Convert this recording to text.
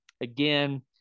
Again